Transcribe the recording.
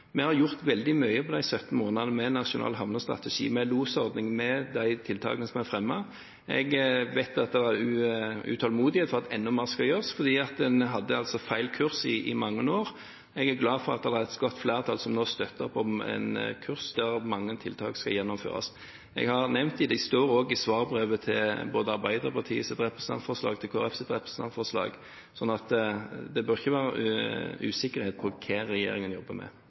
Vi har gjort veldig mye på de 17 månedene, med en nasjonal havnestrategi, med losordning – med de tiltakene som er fremmet. Jeg vet at det er utålmodighet etter at enda mer skal gjøres, fordi man hadde feil kurs i mange år. Jeg er glad for at det er et godt flertall som nå støtter opp om en kurs der mange tiltak skal gjennomføres. Jeg har nevnt dem, og de står også i regjeringens svar til både Arbeiderpartiets og Kristelig Folkepartis representantforslag. Så det bør ikke være usikkerhet om hva regjeringen jobber med.